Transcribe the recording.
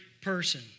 person